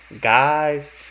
guys